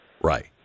Right